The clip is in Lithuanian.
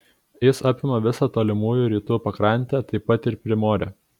jis apima visą tolimųjų rytų pakrantę taip pat ir primorę